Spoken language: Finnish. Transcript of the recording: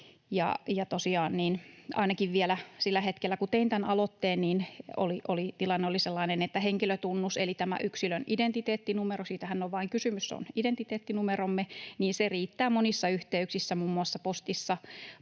ainakin vielä sillä hetkellä, kun tein tämän aloitteen, tilanne oli sellainen, että henkilötunnus eli tämä yksilön identiteettinumero — siitähän on kysymys, se on identiteettinumeromme — riittää monissa yhteyksissä, muun muassa postissa,